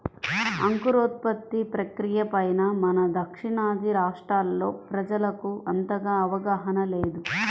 అంకురోత్పత్తి ప్రక్రియ పైన మన దక్షిణాది రాష్ట్రాల్లో ప్రజలకు అంతగా అవగాహన లేదు